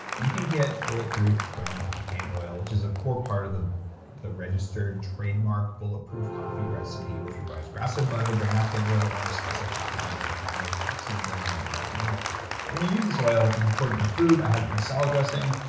you can get bulletproof brain octane oil, which is a core part of the the registered, trademarked bulletproof coffee recipe, which requires grass-fed butter brain octane oil, and our special coffee beans that have no toxins in them like normal coffee. but when you use this oil, you put it in your food, i have it in my salad dressing,